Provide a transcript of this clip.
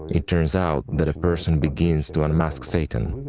it turns out that a person begins to unmask satan.